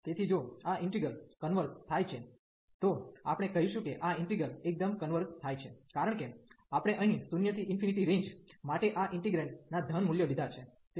તેથી જો આ ઈન્ટિગ્રલ integral કન્વર્ઝ થાય છે તો આપણે કહીશું કે આ ઇન્ટિગ્રલ એકદમ કન્વર્ઝ થાય છે કારણ કે આપણે અહીં 0 થી ∞ રેન્જ range માટે આ ઇન્ટીગ્રેંટ ના ધન મૂલ્યો લીધા છે